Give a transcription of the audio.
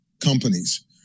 companies